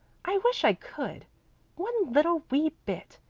i wish i could one little wee bit.